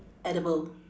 edible